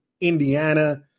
Indiana